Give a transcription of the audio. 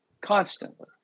constantly